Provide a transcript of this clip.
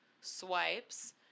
swipes